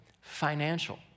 financial